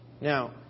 Now